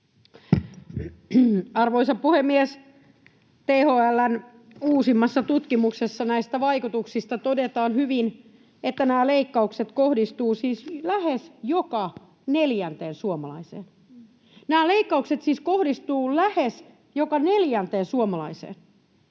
Arvoisa puhemies! THL:n uusimmassa tutkimuksessa näistä vaikutuksista todetaan hyvin, että nämä leikkaukset kohdistuvat siis lähes joka neljänteen suomalaiseen. Nämä leikkaukset siis kohdistuvat lähes joka neljänteen suomalaiseen,